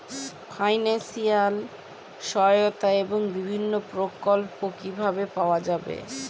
Financial সহায়তা এবং বিভিন্ন প্রকল্প কিভাবে পাওয়া যাবে?